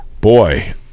Boy